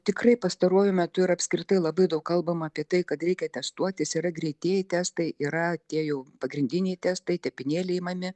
tikrai pastaruoju metu ir apskritai labai daug kalbama apie tai kad reikia atestuotis yra greitieji testai yra tie jau pagrindiniai testai tepinėliai imami